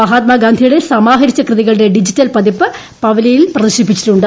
മഹാത്മാഗാന്ധിയുടെ സമാഹരിച്ച കൃതികളുടെ ഡിജിറ്റൽ പതിപ്പ് പവലിയനിൽ പ്രദർശിപ്പിച്ചിട്ടുണ്ട്